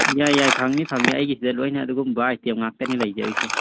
ꯌꯥꯏ ꯌꯥꯏ ꯐꯪꯅꯤ ꯐꯪꯅꯤ ꯑꯩꯒꯤꯁꯤꯗ ꯂꯣꯏꯅ ꯑꯗꯨꯒꯨꯝꯕ ꯑꯥꯏꯇꯦꯝ ꯉꯥꯛꯇꯅꯤ ꯂꯩꯖꯔꯤꯁꯦ